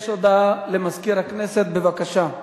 יש הודעה למזכיר הכנסת, בבקשה.